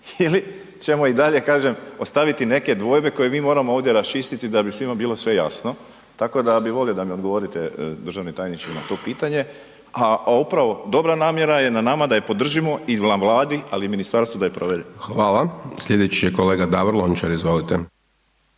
ili ćemo i dalje kažem ostaviti neke dvojbe koje mi moramo ovdje raščistiti da bi svima bilo sve jasno, tako da bi volio da mi odgovorite državni tajniče na to pitanje, a upravo dobra namjera je na nama da je podržimo i na Vladi ali i ministarstvu da je provede. **Hajdaš Dončić, Siniša (SDP)** Hvala. Slijedeći je kolega Davor Lončar. Izvolite.